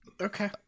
okay